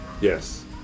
Yes